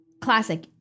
Classic